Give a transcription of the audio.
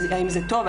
האם זה טוב,